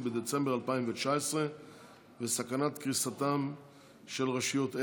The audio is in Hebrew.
בדצמבר 2019 וסכנת קריסתן של רשויות אלה,